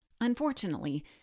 Unfortunately